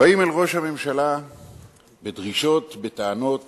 באים אל ראש הממשלה בדרישות ובטענות